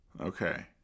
Okay